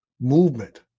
movement